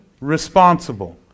responsible